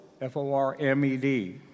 F-O-R-M-E-D